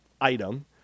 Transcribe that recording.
item